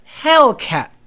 Hellcat